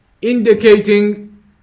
indicating